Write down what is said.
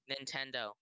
Nintendo